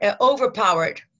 overpowered